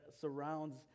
surrounds